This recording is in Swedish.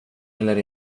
eller